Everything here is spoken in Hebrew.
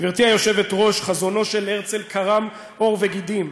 גברתי היושבת-ראש, חזונו של הרצל קרם עור וגידים.